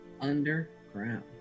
Underground